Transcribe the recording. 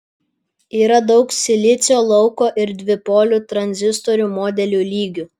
yra daug silicio lauko ir dvipolių tranzistorių modelių lygių